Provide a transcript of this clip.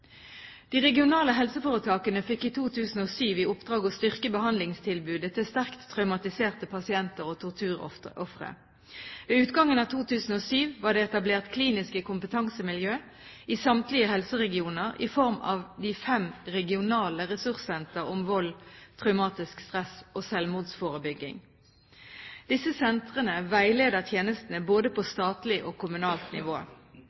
De regionale helseforetakene fikk i 2007 i oppdrag å styrke behandlingstilbudet til sterkt traumatiserte pasienter og torturofre. Ved utgangen av 2007 var det etablert kliniske kompetansemiljøer i samtlige helseregioner i form av de fem regionale ressurssentre om vold, traumatisk stress og selvmordsforebygging. Disse sentrene veileder tjenestene både på statlig og kommunalt nivå.